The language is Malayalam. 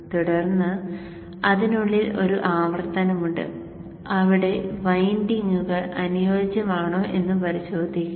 തുടർന്ന് അതിനുള്ളിൽ ഒരു ആവർത്തനമുണ്ട് അവിടെ വൈൻഡിംഗുകൾ അനുയോജ്യമാണോ എന്ന് പരിശോധിക്കും